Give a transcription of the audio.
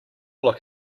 look